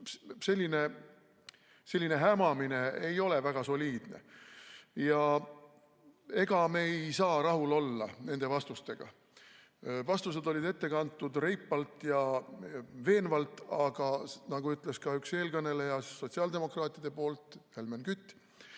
Selline hämamine ei ole väga soliidne. Ega me ei saa rahul olla nende vastustega. Vastused olid ette kantud reipalt ja veenvalt, aga nagu ütles ka eelkõneleja sotsiaaldemokraatide poolt, Helmen Kütt,